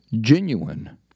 genuine